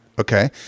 Okay